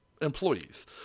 employees